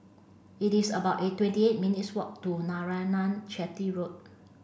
it is about eight twenty eight minutes walk to Narayanan Chetty Road